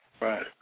Right